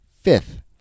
Fifth